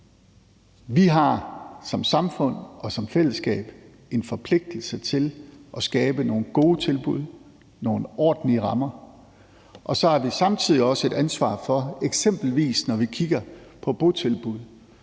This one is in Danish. Vi har som samfund og som fællesskab en forpligtelse til at skabe nogle gode tilbud og nogle ordentlige rammer, og så har vi samtidig også et ansvar for, eksempelvis når vi kigger på botilbud,